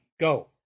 go